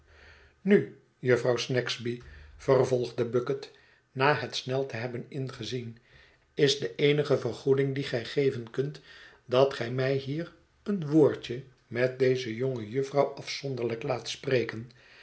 nu jufvrouw snagsby vervolgde bucket na het snel te hebben ingezien is de eenige vergoeding die gij geven kunt dat ge mij hier een woordje met deze jonge jufvrouw afzonderlijk laat spreken